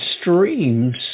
streams